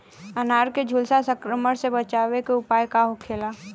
अनार के झुलसा संक्रमण से बचावे के उपाय का होखेला?